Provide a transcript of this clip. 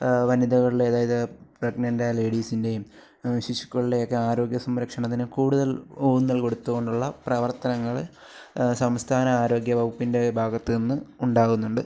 വനിതകളുടെ അതായത് പ്രെഗ്നെന്റായ ലേഡിസിന്റേയും ശിശുക്കളുടെയൊക്കെ ആരോഗ്യ സംരക്ഷണത്തിന് കൂടുതല് ഊന്നല് കൊടുത്തുകൊണ്ടുള്ള പ്രവര്ത്തനങ്ങൾ സംസ്ഥാന ആരോഗ്യവകുപ്പിന്റെ ഭാഗത്തുനിന്ന് ഉണ്ടാകുന്നുണ്ട്